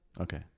Okay